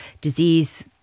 disease